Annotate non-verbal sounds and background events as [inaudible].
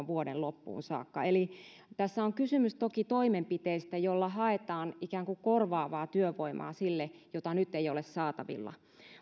[unintelligible] vuoden loppuun saakka eli tässä on kysymys toki toimenpiteistä joilla haetaan ikään kuin korvaavaa työvoimaa sille mitä nyt ei ole saatavilla